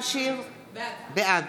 בעד